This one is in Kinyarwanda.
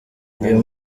uyu